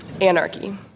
Anarchy